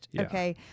okay